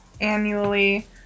annually